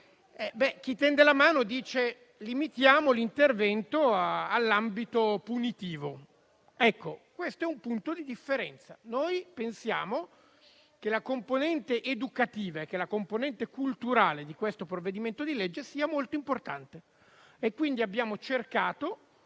Chi tende la mano propone di limitare l'intervento all'ambito punitivo. Ecco, questo è un punto di differenza: noi pensiamo che la componente educativa e la componente culturale di questo provvedimento di legge siano molto importanti. Quindi abbiamo cercato,